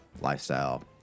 lifestyle